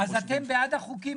אז אתם בעד החוקים.